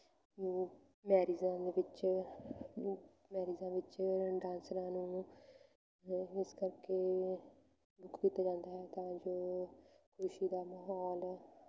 ਮੈਰਿਜ਼ਾਂ ਦੇ ਵਿੱਚ ਮੈਰਿਜ਼ਾਂ ਵਿੱਚ ਡਾਂਸਰਾਂ ਨੂੰ ਇਸ ਕਰਕੇ ਬੁੱਕ ਕੀਤਾ ਜਾਂਦਾ ਹੈ ਤਾਂ ਜੋ ਖੁਸ਼ੀ ਦਾ ਮਾਹੌਲ